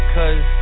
Cause